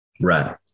Right